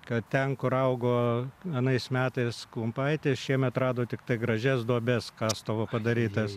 kad ten kur augo anais metais klumpaitės šiemet rado tiktai gražias duobes kastuvo padarytas